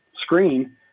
screen